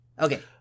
okay